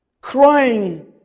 crying